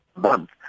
month